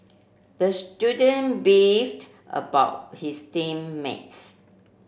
the student beefed about his team mates